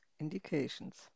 indications